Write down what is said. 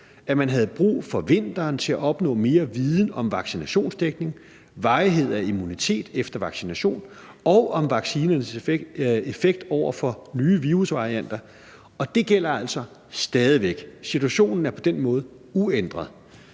at man havde brug for vinteren til at opnå mere viden om vaccinationsdækning, om varighed af immunitet efter vaccination og om vaccinernes effekt over for nye virusvarianter, og det gælder altså stadig væk. Situationen er på den måde uændret.